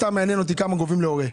סתם מעניין אותי כמה גובים להורה.